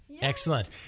Excellent